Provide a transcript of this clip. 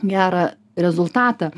gerą rezultatą